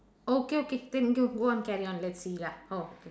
okay okay then go go on carry on let's see lah oh